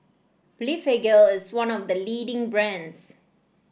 Blephagel is one of the leading brands